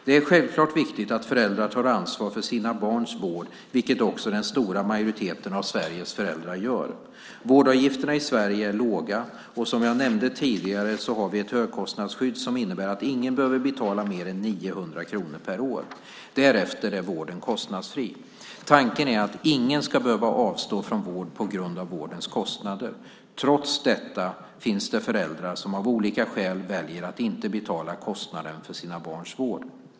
Det är självklart viktigt att föräldrar tar ansvar för sina barns vård, vilket också den stora majoriteten av Sveriges föräldrar gör. Vårdavgifterna i Sverige är låga, och som jag nämnde tidigare har vi ett högkostnadsskydd som innebär att ingen behöver betala mer än 900 kronor per år. Därefter är vården kostnadsfri. Tanken är att ingen ska behöva avstå från vård på grund av vårdens kostnader. Trots detta finns det föräldrar som av olika skäl väljer att inte betala kostnaden för sina barns vård.